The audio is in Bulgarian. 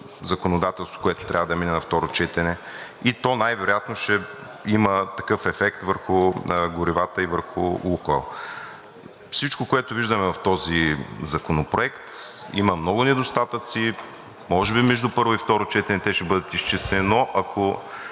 законодателство, което трябва да мине на второ четене и то най-вероятно ще има такъв ефект върху горивата и върху „Лукойл“. Всичко, което виждаме в този законопроект, има много недостатъци. Може би между първо и второ четене те ще бъдат изчистени, но